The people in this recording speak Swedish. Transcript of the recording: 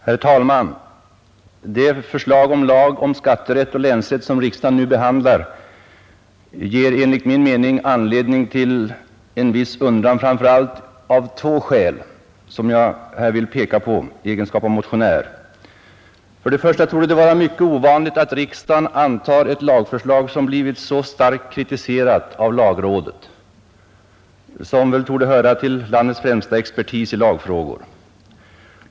Herr talman! Det lagförslag om skatterätt och länsrätt, som riksdagen nu behandlar, ger enligt min mening anledning till en viss undran framför allt av två skäl som jag här vill peka på i egenskap av motionär. För det första torde det vara mycket ovanligt att riksdagen antar ett lagförslag, som blivit så starkt kritiserat av lagrådet — landets främsta expertis i lagfrågor.